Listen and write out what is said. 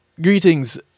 Greetings